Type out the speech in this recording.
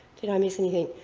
did i miss anything?